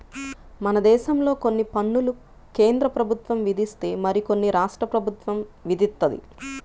మనదేశంలో కొన్ని పన్నులు కేంద్రప్రభుత్వం విధిస్తే మరికొన్ని రాష్ట్ర ప్రభుత్వం విధిత్తది